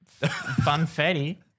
Funfetti